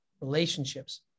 relationships